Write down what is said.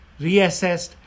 reassessed